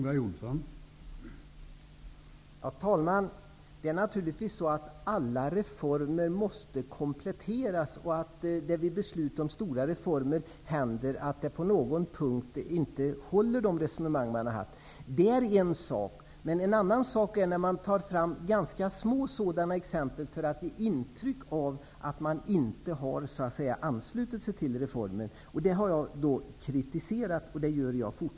Herr talman! Alla reformer måste naturligtvis kompletteras. Vid beslut om stora reformer händer det att resonemangen inte håller på någon punkt. Det är en sak. En annan sak är att man tar fram ganska små sådana exempel för att ge intryck av man inte har anslutit sig till reformen. Det är vad jag har kritiserat och fortfarande kritiserar.